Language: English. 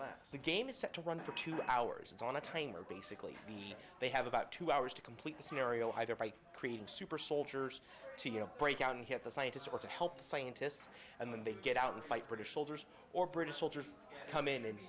last the game is set to run for two hours and on a timer basically be they have about two hours to complete the scenario either by creating super soldiers to you know break out and hit the scientists or to help the scientists and when they get out and fight british soldiers or british soldiers come in and